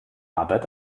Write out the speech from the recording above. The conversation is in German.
arbeit